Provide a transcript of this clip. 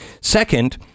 second